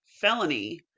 felony